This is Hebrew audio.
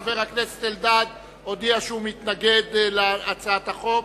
חבר הכנסת אלדד הודיע שהוא מתנגד להצעת החוק.